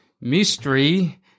Mystery